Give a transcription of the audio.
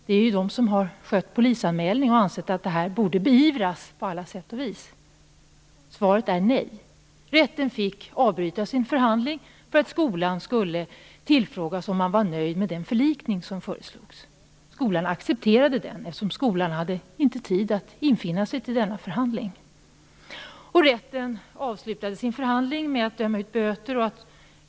Det är ju skolan som skött polisanmälning och ansett att detta borde beivras på alla sätt och vis. Svaret är nej. Rätten fick avbryta sin förhandling för att skolan skulle kunna tillfrågas om man var nöjd med den förlikning som föreslogs. Skolan accepterade den, eftersom man från skolan inte hade tid att infinna sig till denna förhandling. Rätten avslutade sin förhandling med att döma ut böter.